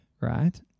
Right